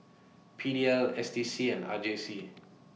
P D L S D C and R J C